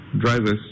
drivers